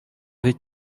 avec